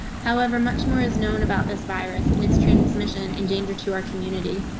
however, much more is known about this virus and it's transmission and danger to our community.